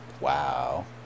Wow